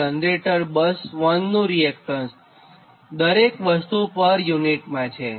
8 generator bus 1 નું reactance આ દરેક વસ્તું પર યુનિટ માં છે